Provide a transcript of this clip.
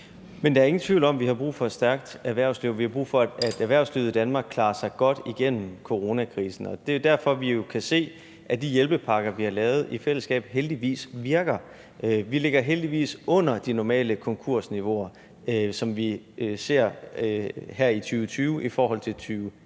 Men der er ingen tvivl om, at vi har brug for et stærkt erhvervsliv, og at vi har brug for, at erhvervslivet i Danmark klarer sig godt igennem coronakrisen, og det er jo derfor, vi kan se, at de hjælpepakker, vi har lavet i fællesskab, heldigvis virker. Vi ligger heldigvis under de normale konkursniveauer, som vi ser her i 2020, i forhold til 2019.